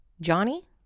johnny